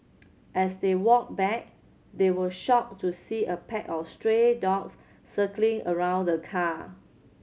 as they walked back they were shocked to see a pack of stray dogs circling around the car